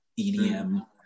edm